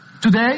today